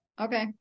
Okay